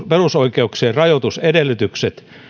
perusoikeuksien rajoitusedellytykset